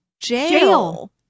Jail